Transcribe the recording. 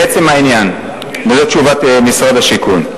לעצם העניין, וזו תשובת משרד השיכון: